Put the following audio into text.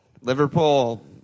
Liverpool